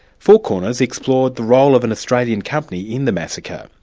four corners explored the role of an australian company in the massacre.